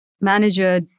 manager